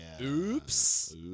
Oops